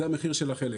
זה המחיר של החלק.